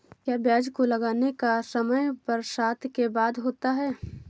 क्या प्याज को लगाने का समय बरसात के बाद होता है?